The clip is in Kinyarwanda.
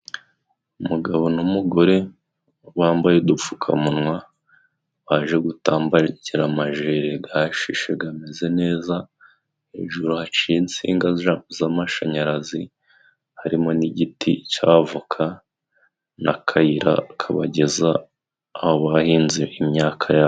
Umugabo n'umugore bambaye udupfukamunwa, baje gutambagira amajeri gashishe gameze neza, hejuru haciye insinga z'amashanyarazi ,harimo n'igiti c'avoka n'akayira kabageza aho bahinze imyaka yabo.